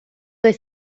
той